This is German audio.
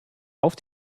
auf